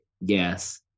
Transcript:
Yes